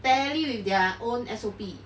tally with their own S_O_P